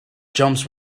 jumps